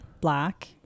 Black